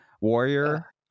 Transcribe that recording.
Warrior